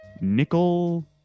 nickel